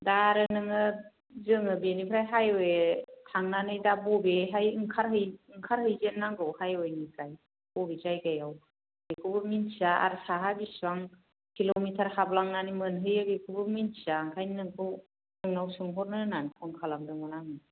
दा आरो नोङो जोङो बेनिफ्राय हाइवे थांनानै दा बबेहाय ओंखार हैजेननांगौ हाइवेनिफ्राय बबे जायगायाव बेखौबो मोनथिया आरो साहा बिसिबां किल'मिटार हाबलांनानै मोनहैयो बेखौबो मोनथिया ओंखायनो नोंखौ नोंनावहाय सोंहरनो होननानै फन खालामदोंमोन आं